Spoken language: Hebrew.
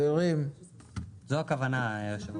זו הכוונה, היושב ראש.